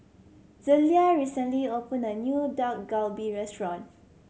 Zelia recently opened a new Dak Galbi Restaurant